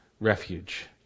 Refuge